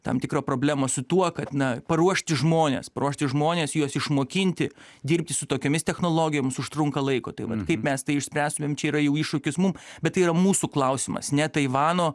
tam tikra problema su tuo kad na paruošti žmones paruošti žmones juos išmokinti dirbti su tokiomis technologijomis užtrunka laiko tai vat kaip mes tai išspręstumėm čia yra jau iššūkis mum bet tai yra mūsų klausimas ne taivano